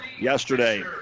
yesterday